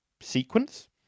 sequence